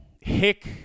hick